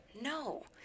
No